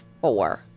four